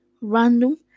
random